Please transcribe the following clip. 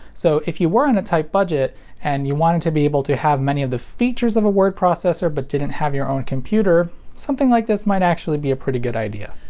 so if you were on a tight budget and you wanted to be able to have many of the features of a word processor but didn't have your own computer, something like this might actually be a pretty good idea.